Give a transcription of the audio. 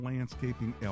Landscaping